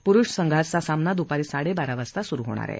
पुरुष संघाचा सामना दुपारी साडेबारा वाजता होणार आहे